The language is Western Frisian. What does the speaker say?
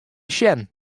sjen